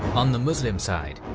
on the muslim side,